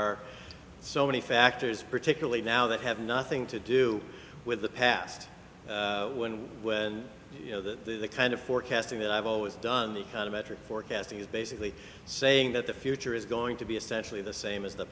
are so many factors particularly now that have nothing to do with the past when you know the kind of forecasting that i've always done the kind of metric forecasting is basically saying that the future is going to be essentially the same as the